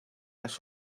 las